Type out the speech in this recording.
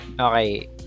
Okay